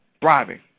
thriving